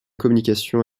communication